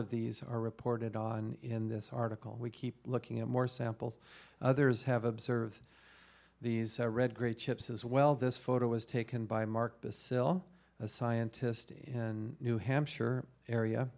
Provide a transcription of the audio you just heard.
of these are reported on in this article we keep looking at more samples others have observed these are red great chips as well this photo was taken by mark the sill a scientist in new hampshire area